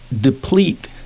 deplete